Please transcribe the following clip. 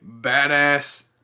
badass